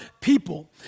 people